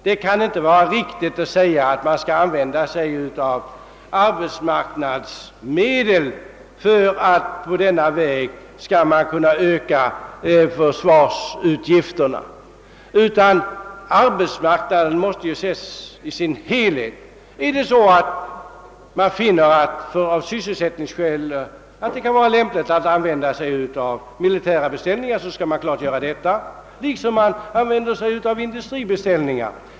Det kan inte vara riktigt att använda arbetsmarknadspolitiska medel för att på denna väg öka försvarsutgifterna, utan arbetsmarknaden måste ses i sin helhet. Finner man att det av sysselsättningsskäl kan vara lämpligt att lägga ut militära beställningar, skall man naturligtvis göra det liksom i fråga om andra industribeställningar.